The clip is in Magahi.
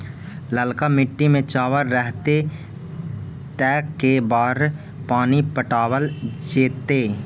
ललका मिट्टी में चावल रहतै त के बार पानी पटावल जेतै?